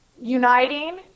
uniting